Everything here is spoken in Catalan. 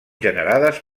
generades